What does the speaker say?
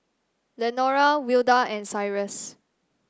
Lenora Wilda and Cyrus